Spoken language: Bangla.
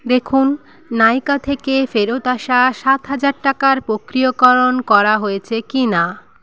দেখুন নাইকা থেকে ফেরত আসা সাত হাজার টাকার প্রক্রিয়াকরণ করা হয়েছে কিনা